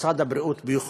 משרד הבריאות, ביכולתו.